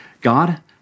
God